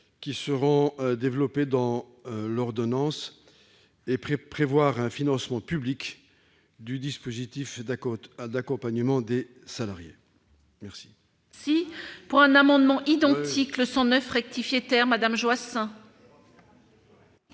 qui seront développées dans l'ordonnance et prévoir un financement public du dispositif d'accompagnement des salariés. La